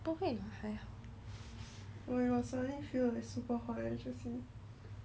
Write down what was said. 可是我要喝泡泡茶 eh